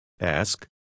Ask